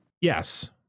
yes